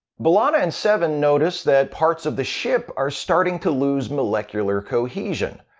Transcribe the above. b'elanna and seven notice that parts of the ship are starting to lose molecular cohesion.